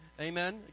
amen